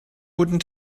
guten